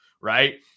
right